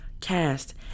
cast